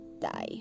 die